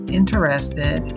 interested